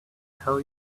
tell